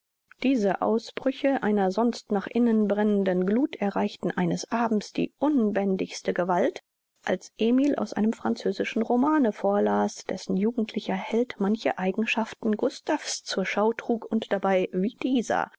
diese ausbrüche einer sonst nach innen brennenden gluth erreichten eines abends die unbändigste gewalt als emil aus einem französischen romane vorlas dessen jugendlicher held manche eigenschaften gustav's zur schau trug und dabei wie dieser